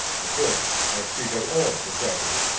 of course i speak of all the property,